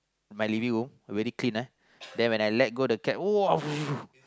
my living room very clean [ah]then when I let go the cat !wow!